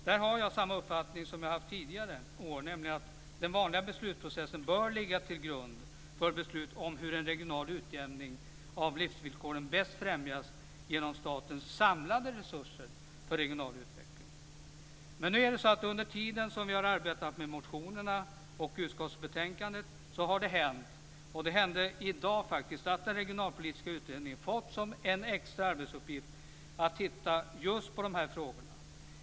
Där har jag samma uppfattning som jag haft tidigare år. Den vanliga beslutsprocessen bör ligga till grund för beslut om hur en regional utjämning av livsvillkoren bäst främjas genom statens samlade resurser för regional utveckling. Under tiden som vi har arbetat med motionerna och utskottsbetänkandet har det hänt - och det hände faktiskt i dag - att den regionalpolitiska utredningen fått som en extra arbetsuppgift att titta just på dessa frågor.